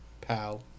pal